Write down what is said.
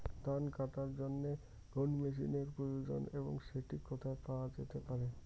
ধান কাটার জন্য কোন মেশিনের প্রয়োজন এবং সেটি কোথায় পাওয়া যেতে পারে?